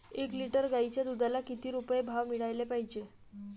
एक लिटर गाईच्या दुधाला किती रुपये भाव मिळायले पाहिजे?